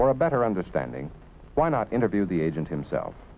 for a better understanding why not interview the agent himself